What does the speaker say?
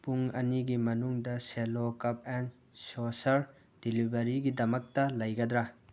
ꯄꯨꯡ ꯑꯅꯤꯒꯤ ꯃꯅꯨꯡꯗ ꯁꯦꯜꯂꯣ ꯀꯞ ꯑꯦꯟ ꯁꯣꯁꯔ ꯗꯤꯂꯤꯕꯔꯤꯒꯤꯗꯃꯛꯇ ꯂꯩꯒꯗ꯭ꯔꯥ